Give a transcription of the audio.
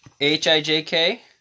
H-I-J-K